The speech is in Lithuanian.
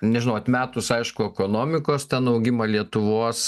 nežinau atmetus aišku ekonomikos ten augimą lietuvos